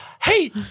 Hey